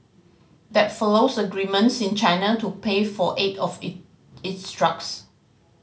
that follows agreements in China to pay for eight of it its drugs